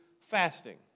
fasting